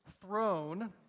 throne